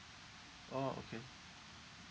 orh okay